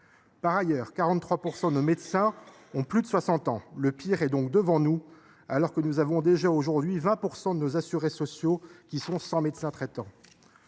Par ailleurs, 43 % de nos médecins ont plus de 60 ans. Le pire est donc devant nous, alors que, déjà, aujourd’hui, près de 20 % des assurés sociaux ornais sont sans médecin traitant.